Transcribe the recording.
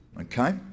Okay